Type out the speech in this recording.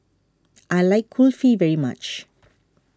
I like Kulfi very much